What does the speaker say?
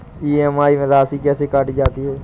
EMI में राशि कैसे काटी जाती है?